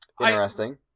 Interesting